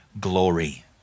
glory